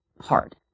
hard